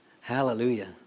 Hallelujah